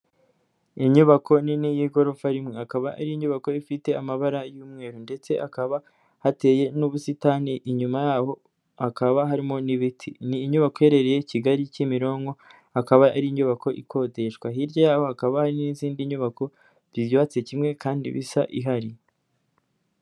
Inyubako nini y'igorofa rimwe, akaba ari inyubako ifite amabara y'umweru ndetse hakaba hateye n'ubusitani, inyuma yayo hakaba harimo n'ibiti, ni inyubako iherereye i Kigali Kimironko akaba ari inyubako ikodeshwa, hirya yaho hakaba hari n'izindi nyubako zubatse kimwe kandi bisa ihari.